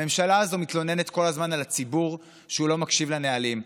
הממשלה הזו מתלוננת כל הזמן על הציבור שהוא לא מקשיב לנהלים.